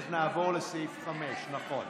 נכון,